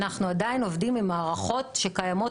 אנחנו עדיין עובדים עם מערכות שקיימות